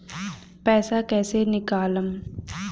पैसा कैसे निकालम?